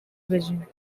beijing